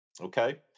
okay